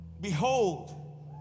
behold